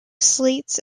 slates